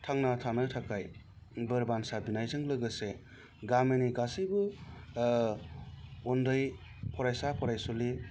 थांना थानो थाखाय बोर बानसा बिनायजों लोगोसे गामिनि गासैबो उन्दै फरायसा फरायसुलि